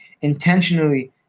intentionally